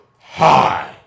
high